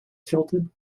tilted